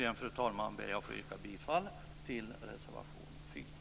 Allra sist ber jag att få yrka bifall till reservation 4.